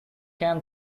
can